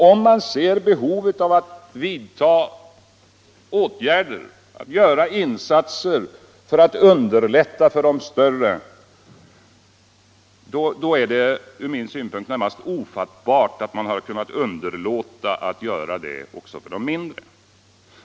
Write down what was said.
Om man ser behovet av att vidta åtgärder, att göra insatser för att underlätta för de större, då är det ur min synpunkt närmast ofattbart att man har kunnat underlåta att göra det också för de mindre.